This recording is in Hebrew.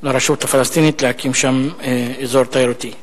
לרשות הפלסטינית להקים שם אזור תיירותי.